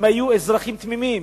הם היו אזרחים תמימים.